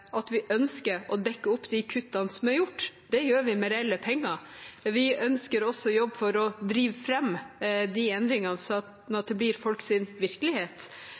at vi ønsker å dekke opp de kuttene som er gjort, og det gjør vi med reelle penger. Vi ønsker også å jobbe for å drive fram de endringene slik at det blir folks virkelighet